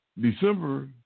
December